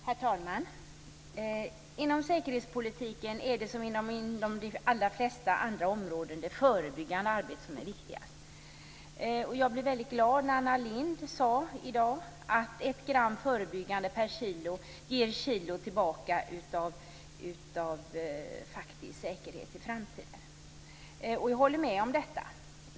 Herr talman! Inom Säkerhetspolitiken är det, som inom de allra flesta andra områden, det förebyggande arbetet som är viktigast. Jag blev väldigt glad när Anna Lindh i dag sade det där om att ett grams förebyggande ger kilon tillbaka av faktisk säkerhet i framtiden. Jag håller med om det.